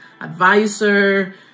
advisor